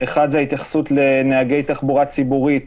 האחד, זה התייחסות לנהגי תחבורה ציבורית